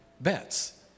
bets